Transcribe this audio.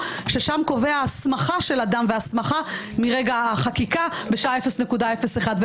ששם קובע הסמכה של אדם והסמכה מרגע החקיקה בשעה אפס נקודה אפס אחד.